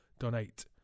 donate